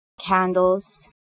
Candles